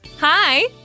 Hi